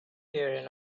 here